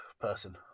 person